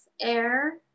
air